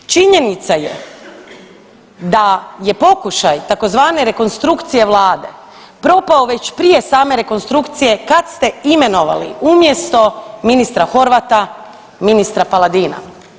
Činjenica je da je pokušaj tzv. rekonstrukcije vlade propao već prije same rekonstrukcije kad ste imenovali umjesto ministra Horvata, ministra Paladina.